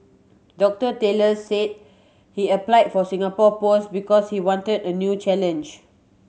Doctor Taylor said he applied for Singapore post because he wanted a new challenge